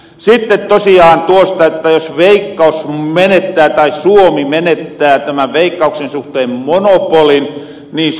sitten tosiaan tuosta että jos suomi menettää tämän veikkauksen suhteen monopolin niin se on suuri vahinko